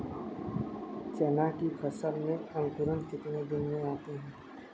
चना की फसल में अंकुरण कितने दिन में आते हैं?